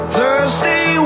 Thursday